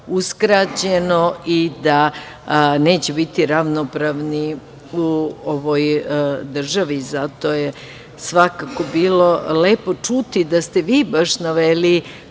uskraćeno i da neće biti ravnopravni u ovoj državi. Zato je svakako bilo lepo čuti da ste vi baš naveli